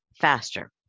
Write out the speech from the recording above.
faster